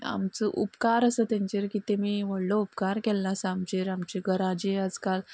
आमचो उपकार असो तेंचेर की तेमी व्हडलो उपकार केल्लो आसा आमचेर आमच्या घराचेर आज काल